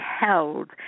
held